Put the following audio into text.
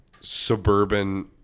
suburban